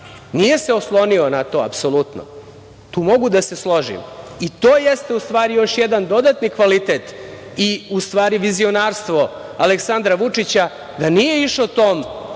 nije se oslonio na to, apsolutno, tu mogu da se složim. To jeste, u stvari, još jedan dodatni kvalitet i vizionarstvo Aleksandra Vučića, da nije išao tom